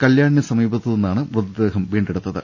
കല്ല്യാണിനുസ മീപത്തു നിന്നാണ് മൃത ദേഹം വീണ്ടെടുത്തത്